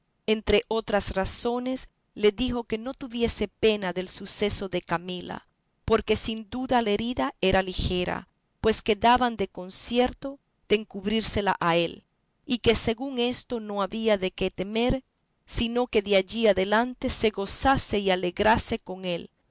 entre otras razones le dijo que no tuviese pena del suceso de camila porque sin duda la herida era ligera pues quedaban de concierto de encubrírsela a él y que según esto no había de qué temer sino que de allí adelante se gozase y alegrase con él